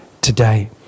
today